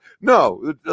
No